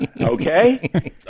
Okay